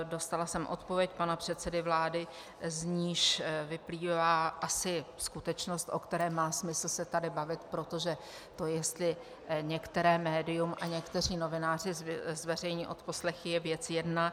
Dostala jsem odpověď pana předsedy vlády, z níž vyplývá asi skutečnost, o které má smysl se tady bavit, protože to, jestli některé médium a někteří novináři zveřejní odposlechy, je věc jedna.